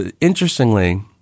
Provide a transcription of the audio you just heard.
Interestingly